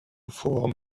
four